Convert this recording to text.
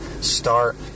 start